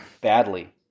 badly